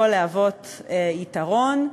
יכול להוות יתרון,